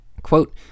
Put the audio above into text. Quote